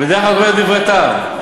בדרך כלל את אומרת דברי טעם.